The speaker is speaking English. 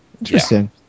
Interesting